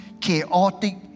chaotic